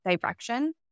direction